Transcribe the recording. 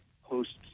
hosts